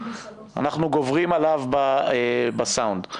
אנחנו גוברים עליו בסאונד.